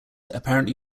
apparently